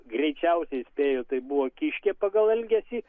greičiausiai spėju tai buvo kiškė pagal elgesį